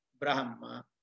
Brahma